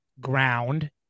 ground